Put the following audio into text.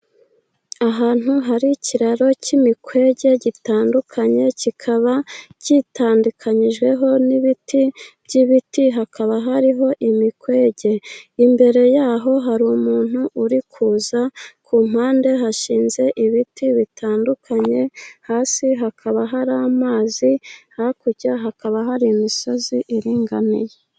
Ahantu hari ikiraro cy'imikwege gitandukanye kikaba cyitandukanyijweho n'ibiti by'ibiti hakaba hariho imikwege. Imbere yaho hari umuntu uri kuza ku mpande hashinze ibiti bitandukanye hasi hakaba hari amazi hakurya hakaba hari imisozi iringaniye.